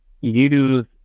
use